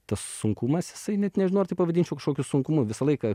tas sunkumas jisai net nežinau ar tai pavadinčiau kažkokiu sunkumu visą laiką